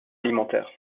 alimentaire